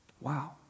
Wow